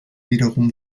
wiederum